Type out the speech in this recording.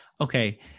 Okay